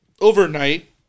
overnight